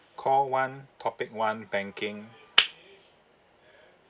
call one topic one banking